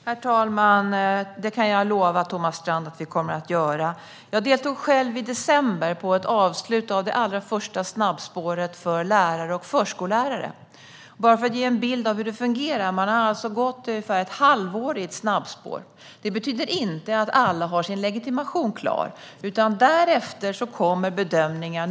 Herr talman! Det kan jag lova Thomas Strand att vi kommer att göra. Jag deltog själv, i december, vid avslutet av det allra första snabbspåret för lärare och förskollärare. De här personerna hade gått ungefär ett halvår i detta snabbspår. Detta betyder inte att alla har sin legitimation klar, utan därefter kommer bedömningar.